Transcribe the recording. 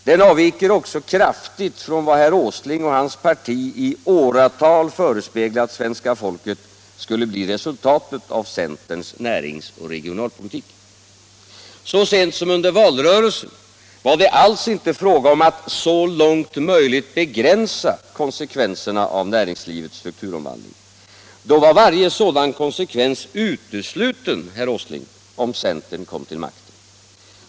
Den avviker också kraftigt från vad herr Åsling och hans parti i åratal förespeglat svenska folket skulle bli resultatet av centerns närings och regionalpolitik. Så sent som under valrörelsen var det alls inte fråga om att ”så långt möjligt begränsa” konsekvenserna av näringslivets strukturomvandling. Då var varje sådan konsekvens utesluten, herr Åsling, om centern kom till makten.